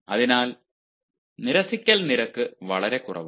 അതിനാൽ നിരസിക്കൽ നിരക്ക് വളരെ കുറവാണ്